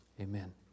amen